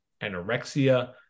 anorexia